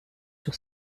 sur